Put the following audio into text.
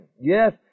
Yes